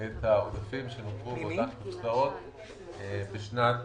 פעולות שהיו בשנת